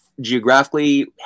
geographically